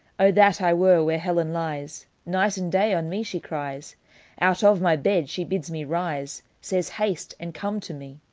o that i were where helen lies night and day on me she cries out of my bed she bids me rise, says, haste, and come to me!